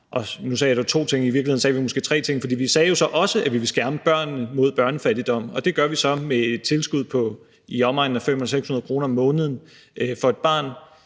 Nu sagde jeg så to ting, men i virkeligheden sagde vi måske tre ting, for vi sagde jo så også, at vi ville skærme børnene mod børnefattigdom, og det gør vi så med et tilskud på i omegnen af 500-600 kr. om måneden for et barn